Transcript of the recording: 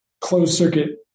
closed-circuit